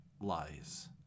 lies